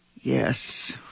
Yes